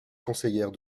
conseillère